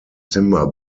timber